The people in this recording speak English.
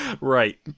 Right